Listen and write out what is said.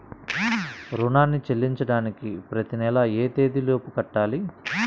రుణాన్ని చెల్లించడానికి ప్రతి నెల ఏ తేదీ లోపు కట్టాలి?